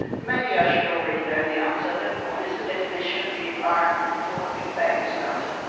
maybe i should already know the answer, but what is the definition of the environment before the big bang started?